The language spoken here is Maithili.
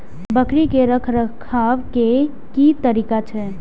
बकरी के रखरखाव के कि तरीका छै?